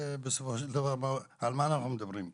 בסופו של דבר על מה אנחנו מדברים כאן?